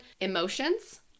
emotions